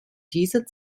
dieser